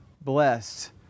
blessed